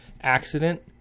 accident